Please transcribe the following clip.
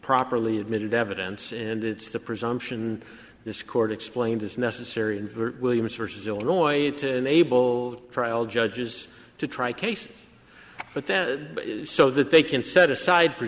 properly admitted evidence and it's the presumption this court explained is necessary and williams versus illinois to enable trial judges to try cases but then so that they can set aside